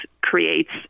creates